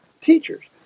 teachers